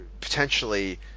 potentially